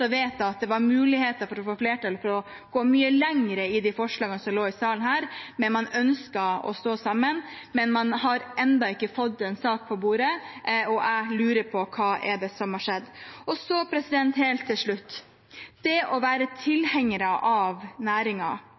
vet at det var muligheter for å få flertall for å gå mye lenger i de forslagene som lå i denne salen, men man ønsket å stå sammen. Men man har ennå ikke fått en sak på bordet, og jeg lurer på hva som har skjedd. Så, helt til slutt: Det å være tilhengere av